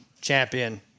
champion